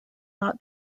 not